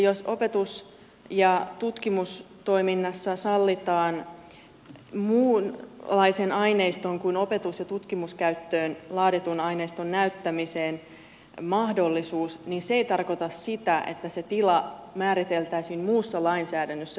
jos opetus ja tutkimustoiminnassa sallitaan muunlaisen aineiston kuin opetus ja tutkimuskäyttöön laaditun aineiston näyttämiseen mahdollisuus niin se ei tarkoita sitä että se tila määriteltäisiin muussa lainsäädännössä julkiseksi